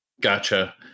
gotcha